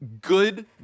good